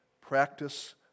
practice